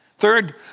Third